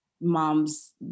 mom's